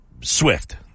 Swift